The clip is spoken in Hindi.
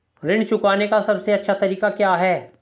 ऋण चुकाने का सबसे अच्छा तरीका क्या है?